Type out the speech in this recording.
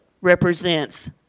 represents